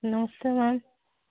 नमस्ते मैम